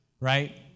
Right